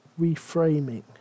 reframing